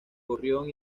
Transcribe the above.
gorrión